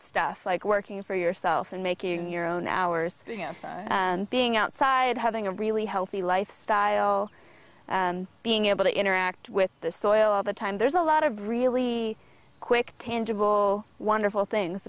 stuff like working for yourself and making your own hours you know being outside having a really healthy lifestyle being able to interact with the soil all the time there's a lot of really quick tangible wonderful things